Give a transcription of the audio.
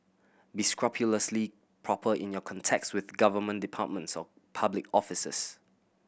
be scrupulously proper in your contacts with government departments or public officers